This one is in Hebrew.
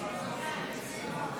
לסעיף 06